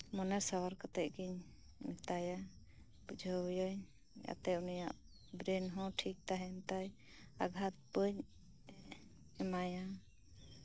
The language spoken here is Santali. ᱢᱚᱱᱮ ᱥᱟᱶᱟᱨ ᱠᱟᱛᱮᱫ ᱜᱤᱧ ᱢᱮᱛᱟᱭᱟ ᱵᱩᱡᱷᱟᱹᱣ ᱮᱭᱟᱧ ᱡᱟᱛᱮ ᱩᱱᱤᱭᱟᱜ ᱵᱨᱮᱱ ᱦᱚᱸ ᱴᱷᱤᱠ ᱛᱟᱦᱮᱱ ᱛᱟᱭ ᱟᱜᱷᱟᱛ ᱵᱟᱹᱧ ᱮᱢᱟᱭᱟ